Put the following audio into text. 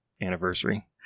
anniversary